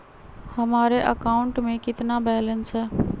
हमारे अकाउंट में कितना बैलेंस है?